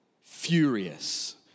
furious